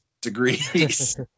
degrees